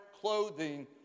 clothing